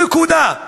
נקודה.